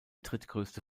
drittgrößte